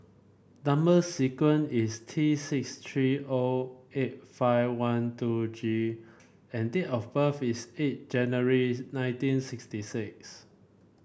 number sequence is T six three O eight five one two G and date of birth is eight January nineteen sixty six